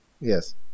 Yes